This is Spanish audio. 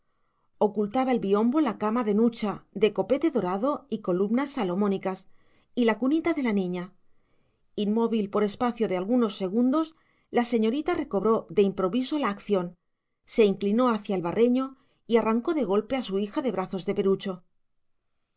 ocultaba el biombo la cama de nucha de copete dorado y columnas salomónicas y la cunita de la niña inmóvil por espacio de algunos segundos la señorita recobró de improviso la acción se inclinó hacia el barreño y arrancó de golpe a su hija de brazos de perucho